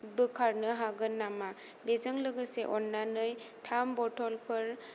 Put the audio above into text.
बोखारनो हागोन नामा बेजों लोगोसे अन्नानै थाम बथ'लफोर